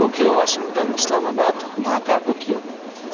Tokyo Washington Islamabad Dhaka Tokyo